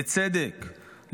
לצדק,